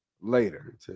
later